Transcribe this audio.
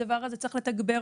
את הדבר הזה צריך לתגבר.